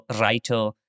writer